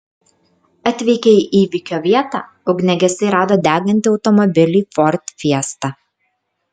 atvykę į įvykio vietą ugniagesiai rado degantį automobilį ford fiesta